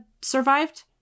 survived